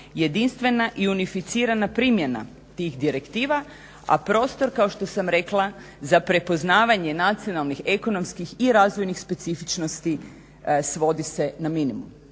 jedinstvena i unificirana primjena tih direktiva, a prostor kao što sam rekla za prepoznavanje nacionalnih, ekonomskih i razvojnih specifičnosti svodi se na minimum.